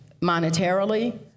monetarily